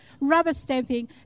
rubber-stamping